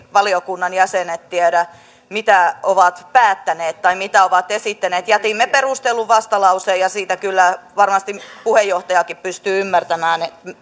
etteivät valiokunnan jäsenet tiedä mitä ovat päättäneet tai mitä ovat esittäneet jätimme perustellun vastalauseen ja siitä kyllä varmasti puheenjohtajakin pystyy ymmärtämään